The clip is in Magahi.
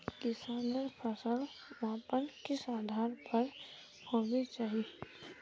किसानेर फसल मापन किस आधार पर होबे चही?